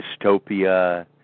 Dystopia